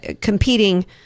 competing